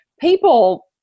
people